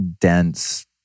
dense